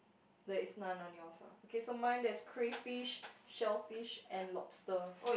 there is none on yours ah K so for mine there's crayfish shellfish and lobster